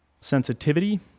sensitivity